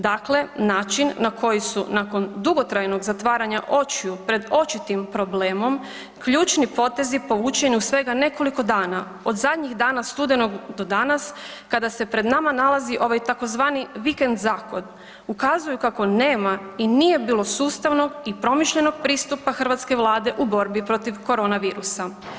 Dakle, način na koji su nakon dugotrajnog zatvaranja očiju pred očitim problem ključni potezi povučeni u svega nekoliko dana, od zadnjih dana studenog do danas kada se pred nama nalazi ovaj tzv. vikend zakon, ukazuju kako nema i nije bilo sustavnog i promišljenog pristupa hrvatske Vlade u borbi protiv korona virusa.